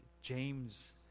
James